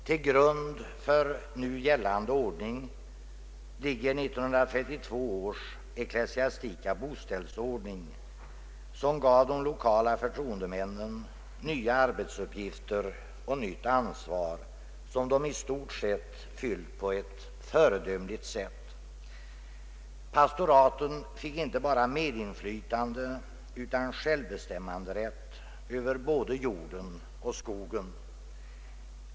Till grund för nu gällande ordning ligger 1932 års ecklesiastika boställsordning vilken gav de lokala förtroendemännen nya arbetsuppgifter och nytt ansvar som de i stort sett fyllt på ett föredömligt sätt. Pastoraten fick inte bara medinflytande utan självbestäm manderätt över både jorden och skogen.